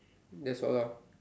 that's all lah